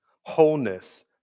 wholeness